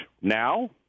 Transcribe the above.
Now